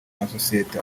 masosiyete